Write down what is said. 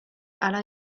aller